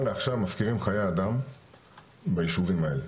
לעכשיו מפקירים חיי אדם ביישובים האלה.